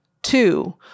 Two